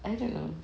I don't know